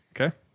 okay